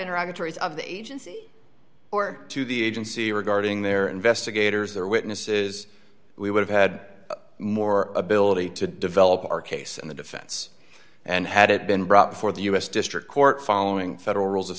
arriving tories of the agency or to the agency regarding their investigators or witnesses we would have had more ability to develop our case and the defense and had it been brought before the u s district court following federal rules of